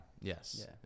Yes